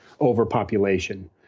overpopulation